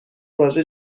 واژه